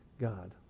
God